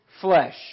flesh